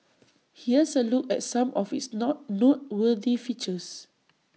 here's A look at some of its knock noteworthy features